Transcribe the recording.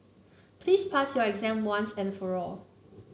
please pass your exam once and for all